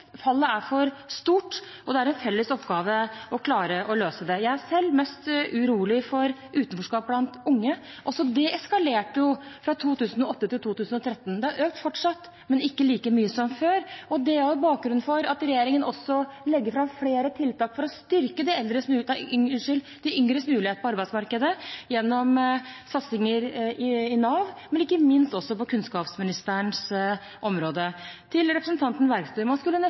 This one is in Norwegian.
Fallet er for stort, og det er en felles oppgave å klare å løse det. Jeg er selv mest urolig for utenforskap blant unge. Også det eskalerte fra 2008 til 2013. Det har fortsatt økt, men ikke like mye som før, og det er bakgrunnen for at regjeringen legger fram flere tiltak for å styrke de yngres muligheter på arbeidsmarkedet – gjennom satsinger i Nav, men ikke minst også på kunnskapsministerens område. Til representanten Bergstø: Man skulle